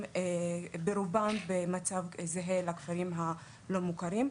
ברובם במצב זהה לכפרים הלא מוכרים.